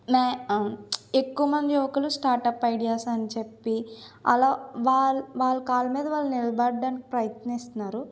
మే ఎక్కువ మంది యువకులు స్టార్ట్అప్ ఐడియాస్ అని చెప్పి అలా వాళ్ళ వాళ్ళ కాళ్ళ మీద వాళ్ళు నిలబడ్డానికి ప్రయత్నిస్తున్నారు